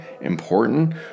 important